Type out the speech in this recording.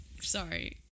Sorry